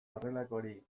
horrelakorik